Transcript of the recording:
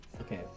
Okay